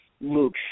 Luke